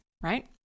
right